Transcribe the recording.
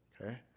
Okay